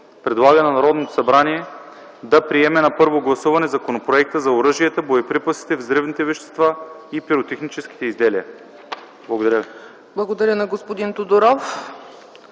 Предлага на Народното събрание да приеме на първо гласуване Законопроекта за оръжията, боеприпасите, взривните вещества и пиротехническите изделия.” Благодаря ви.